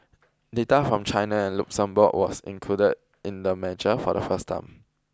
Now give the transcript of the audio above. data from China and Luxembourg was included in the measure for the first time